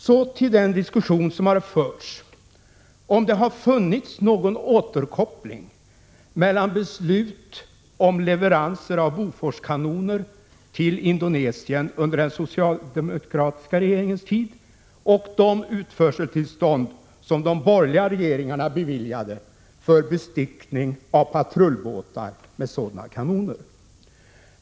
Så till den diskussion som har förts om huruvida det funnits någon återkoppling mellan beslut om leveranser av Boforskanoner till Indonesien under den socialdemokratiska regeringens tid och de utförseltillstånd som de borgerliga regeringarna beviljade för bestyckning av patrullbåtar med sådana kanoner.